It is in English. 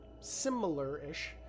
Similar-ish